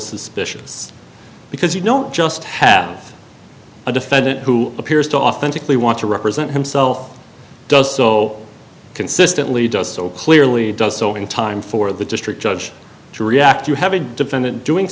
suspicious because you don't just have a defendant who appears to authentically want to represent himself does so consistently does so clearly does so in time for the district judge to react you have a defendant doing